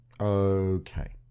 Okay